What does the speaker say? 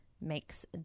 makes